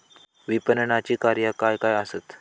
विपणनाची कार्या काय काय आसत?